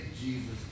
Jesus